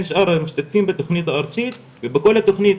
שאר המשתתפים בתוכנית הארצית ובכל התוכנית,